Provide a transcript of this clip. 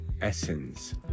essence